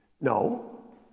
No